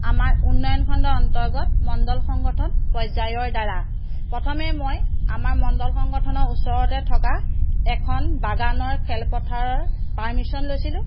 আমাৰ উন্নয়নখণ্ড অন্তৰ্গত মণ্ডল সংগঠন পৰ্যায়ৰদ্বাৰা প্ৰথমে মই আমাৰ মণ্ডল সংগঠনৰ ওচৰতে থকা এখন বাগানৰ খেলপথাৰৰ পাৰ্মিছন লৈছিলোঁ